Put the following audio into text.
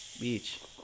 Beach